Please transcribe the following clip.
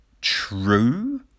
true